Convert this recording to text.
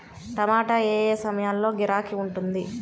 టమాటా ఏ ఏ సమయంలో గిరాకీ ఉంటుంది?